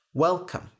Welcome